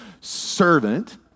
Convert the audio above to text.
servant